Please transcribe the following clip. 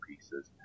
pieces